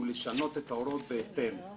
הנושא נידון בוועדת ביקורת.